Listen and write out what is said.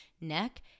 neck